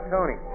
Tony